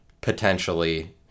potentially